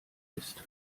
ist